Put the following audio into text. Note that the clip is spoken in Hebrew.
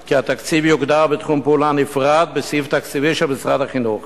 כי התקציב יוגדר בתחום פעולה נפרד בסעיף תקציבי של משרד החינוך.